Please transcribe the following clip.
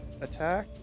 attack